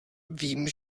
vím